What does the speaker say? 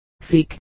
seek